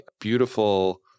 beautiful